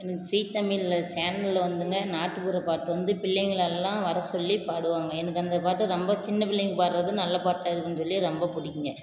எனக்கு ஸீ தமிழ் சேனலில் வந்துங்க நாட்டுப்புறப் பாட்டு வந்து பிள்ளைங்களலாம் வரச்சொல்லிப் பாடுவாங்க எனக்கு அந்த பாட்டு ரொம்ப சின்ன பிள்ளைங்க பாடுறது நல்ல பாட்டாக இருக்குன்னு சொல்லி ரொம்ப பிடிக்குங்க